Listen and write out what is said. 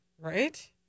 right